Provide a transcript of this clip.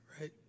right